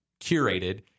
curated